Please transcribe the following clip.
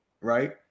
right